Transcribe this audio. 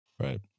right